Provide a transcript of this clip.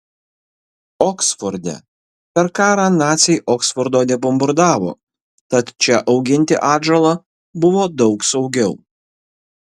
oksforde per karą naciai oksfordo nebombardavo tad čia auginti atžalą buvo daug saugiau